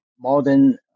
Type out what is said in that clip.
modern